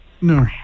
No